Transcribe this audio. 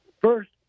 first